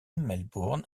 melbourne